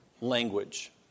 language